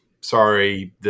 sorry